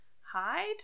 hide